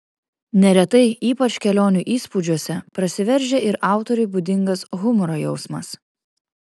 neretai ypač kelionių įspūdžiuose prasiveržia ir autoriui būdingas humoro jausmas